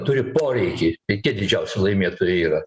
turi poreikį tai tie didžiausi laimėtojai yra